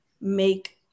make